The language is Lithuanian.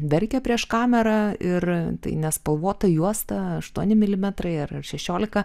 verkia prieš kamerą ir nespalvota juosta aštuoni milimetrai ar šešiolika